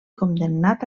condemnat